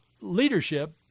leadership